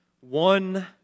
one